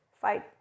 fight